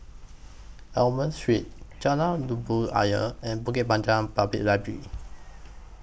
Almond Street Jalan Labu Ayer and Bukit Panjang Public Library